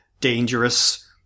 dangerous